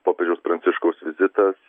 popiežiaus pranciškaus vizitas